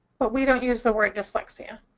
but we don't use the word dyslexia.